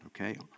okay